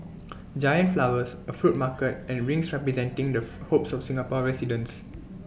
giant flowers A fruit market and rings representing the hopes of Singapore residents